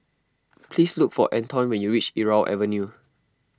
please look for Antoine when you reach Irau Avenue